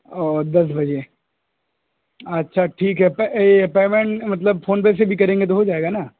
او دس بجے اچھا ٹھیک ہے یہ پیمن مطلب پھون پے سے بھی کریں گے تو ہو جائے گا نا